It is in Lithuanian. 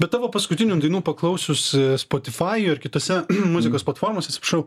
bet tavo paskutinių dainų paklausūs spotifajuj ar kitose muzikos platformose atsiprašau